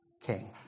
king